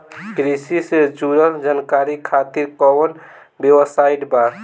कृषि से जुड़ल जानकारी खातिर कोवन वेबसाइट बा?